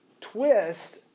twist